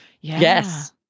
yes